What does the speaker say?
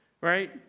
Right